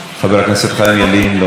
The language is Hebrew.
חברת הכנסת רויטל סויד,